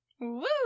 Woo